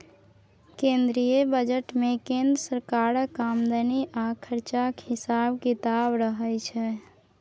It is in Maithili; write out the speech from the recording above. केंद्रीय बजट मे केंद्र सरकारक आमदनी आ खरचाक हिसाब किताब रहय छै